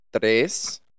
tres